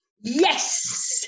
Yes